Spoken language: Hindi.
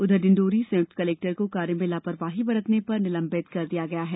उधर डिण्डोरी संयुक्त कलेक्टर को कार्य में लापरवाही बरतने पर निलंबित कर दिया गया है